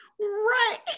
Right